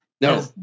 No